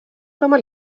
olema